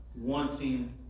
wanting